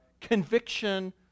Conviction